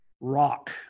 rock